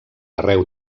arreu